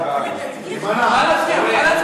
ההצעה להעביר את הנושא לוועדת החינוך,